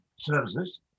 services